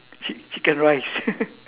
chi~ chicken rice